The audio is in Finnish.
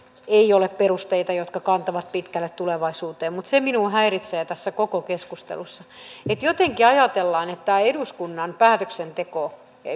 ei ole perusteita jotka kantavat pitkälle tulevaisuuteen se minua häiritsee tässä koko keskustelussa että jotenkin ajatellaan että tämä eduskunnan päätöksenteko